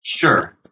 Sure